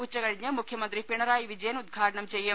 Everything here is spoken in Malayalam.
ഉച്ച കഴിഞ്ഞ് മുഖ്യമന്ത്രി പിണറായി വിജയൻ ഉദ്ഘാടനം ചെയ്യും